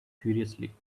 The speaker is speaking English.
furiously